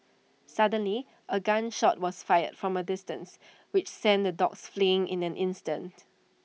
suddenly A gun shot was fired from A distance which sent the dogs fleeing in an instant